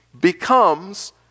becomes